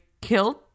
killed